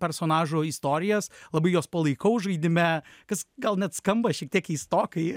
personažų istorijas labai juos palaikau žaidime kas gal net skamba šiek tiek keistokai